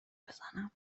بزنم